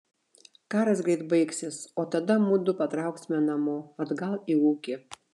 karas greit baigsis o tada mudu patrauksime namo atgal į ūkį